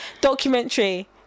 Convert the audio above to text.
documentary